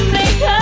make